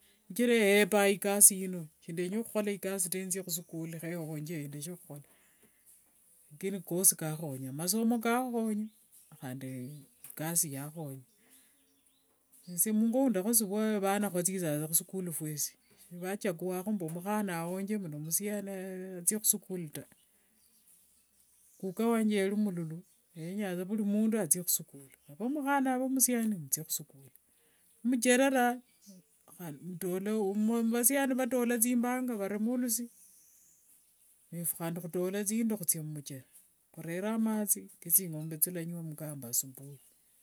Shichira eyepanga ikasi ino, sindenya khukhola ikasi ta nzie khusukuli ewonjeyo ekhaye khukhola. Lakini kosi khakhonyanga, masomo kskhonya handi ikasi yakhonya. Esie mungo mundakhusia, vana ingo khwathithanga musukuli fwesi, shivachanguanga mbu mukhana awonje ne musiani athie khusukuli ta. Kukaa wanje yalimululu, yenyanga sa vuli mundu athie khusukuli, ove mukhana ave musiani athie khusukuli. Mucherera handi mutola, vasiani vatola thimbanga valema lusi, nefu handi khutola thindi khuthia mumuchero. Khurere amathi kethingombe thialangua mkamba isubui.